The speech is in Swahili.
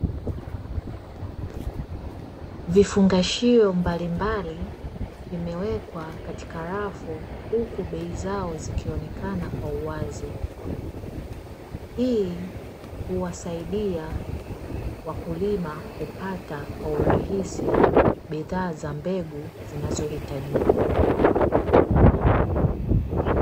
Vifungashio mbalimbali vimewekwa katika rafu huku bei zao zikionekana kwa uwazi. Hii huwasaidia wakulima kupata kwa urahisi bidhaa za mbegu zinazohitajika.